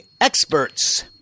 experts